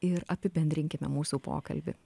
ir apibendrinkime mūsų pokalbį